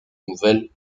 nouvelles